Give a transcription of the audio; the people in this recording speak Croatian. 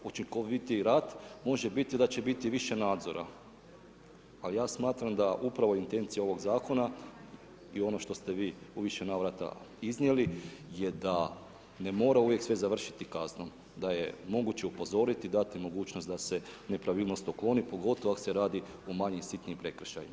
Učinkovitiji rad može biti da će biti više nadzora ali ja smatram da upravo intencija ovog zakona je ono što ste vi u više navrata iznijeli je da ne mora uvijek sve završiti kaznom, da je moguće upozoriti, dati mogućnost da se nepravilnost ukloni, pogotovo ako se radi o manjim, sitnim prekršajima.